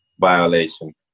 violation